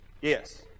Yes